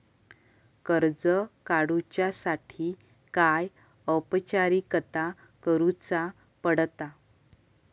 कर्ज काडुच्यासाठी काय औपचारिकता करुचा पडता?